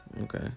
Okay